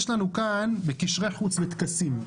יש לנו כאן בקשרי חוץ וטקסים,